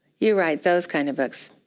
you write those kind of books,